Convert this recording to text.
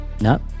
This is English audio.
No